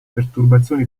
perturbazioni